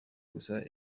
gusa